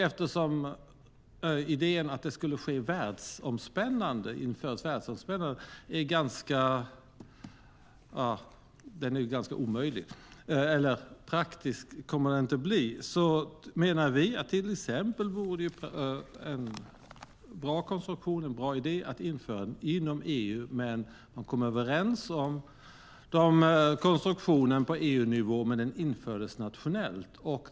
Eftersom idén att skatten ska tas ut världsomspännande inte kan genomföras praktiskt menar vi att det vore en bra idé att komma överens om konstruktionen på EU-nivå men att skatten tas ut nationellt.